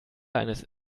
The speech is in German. eines